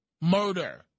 murder